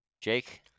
Jake